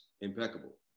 impeccable